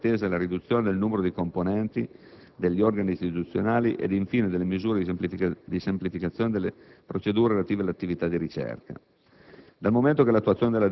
o delle modifiche statutarie intese alla riduzione del numero dei componenti degli organi istituzionali ed infine delle misure di semplificazione delle procedure relative alle attività di ricerca».